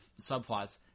subplots